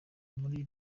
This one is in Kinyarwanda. muri